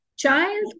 Child